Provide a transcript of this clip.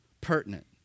pertinent